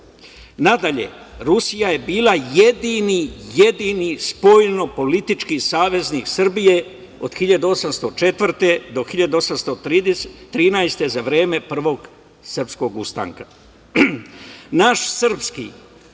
Rusija je bila jedini, jedini spoljnopolitički saveznik Srbije od 1804. do 1813. godine za vreme Prvog srpskog ustanka. Naš srpski,